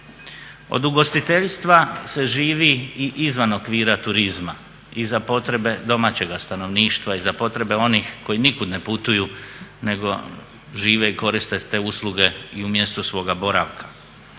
Od ugostiteljstva se živi i izvan okvira turizma i za potrebe domaćega stanovništva i za potrebe onih koji nikud ne putuju, nego žive i koriste te usluge i u mjestu svoga boravka.